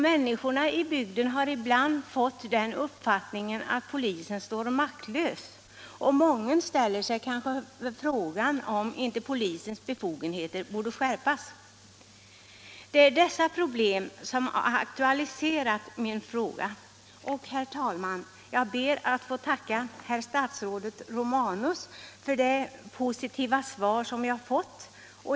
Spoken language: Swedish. Människorna i bygden har ibland fått uppfattningen att polisen står maktlös, och mången ställer sig kanske frågan om inte polisens befogenheter borde skärpas. Det är dessa problem som har aktualiserat min fråga, och jag ber, herr talman, att få tacka herr statsrådet Romanus för det positiva svar som jag fått.